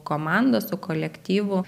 komanda su kolektyvu